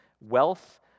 wealth